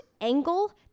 angle